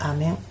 Amen